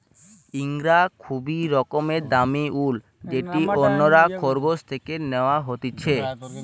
ইঙ্গরা খুবই রকমের দামি উল যেটি অন্যরা খরগোশ থেকে ন্যাওয়া হতিছে